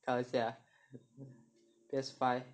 开玩笑 lah P_S five